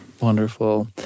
Wonderful